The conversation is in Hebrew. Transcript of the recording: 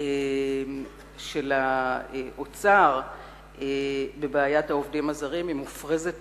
של האוצר בבעיית העובדים הזרים היא מופרזת